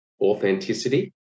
Authenticity